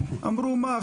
אמרו מה,